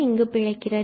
இங்கு பிழைக்கிறது